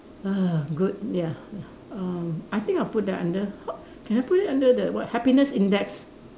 ah good ya ya uh I think I'll put that under h~ can I put it under the what happiness index